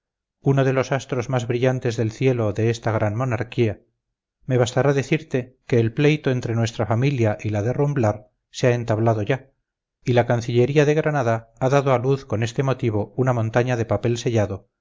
uno de los astros más brillantes del cielo de esta gran monarquía me bastará decirte que el pleito entre nuestra familia y la de rumblar se ha entablado ya y la cancillería de granada ha dado a luz con este motivo una montaña de papel sellado